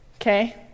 Okay